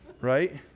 right